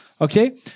Okay